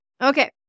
Okay